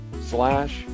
slash